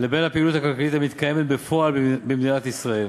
לבין הפעילות הכלכלית המתקיימת בפועל במדינת ישראל.